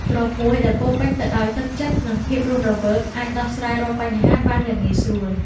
ក្រុមមួយដែលពោរពេញទៅដោយទឹកចិត្តនិងភាពរស់រវើកអាចដោះស្រាយរាល់បញ្ហាបានយ៉ាងងាយស្រួល។